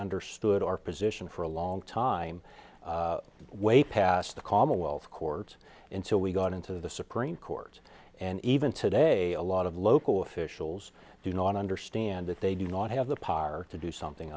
understood our position for a long time way past the commonwealth courts and so we got into the supreme court and even today a lot of local officials do not understand that they do not have the power to do something